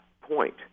point